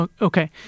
okay